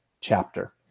chapter